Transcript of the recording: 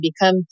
become